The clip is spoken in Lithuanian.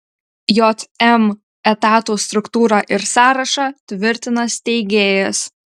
jm etatų struktūrą ir sąrašą tvirtina steigėjas